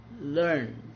learn